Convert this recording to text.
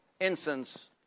incense